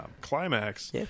Climax